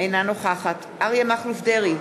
אינה נוכחת אריה מכלוף דרעי,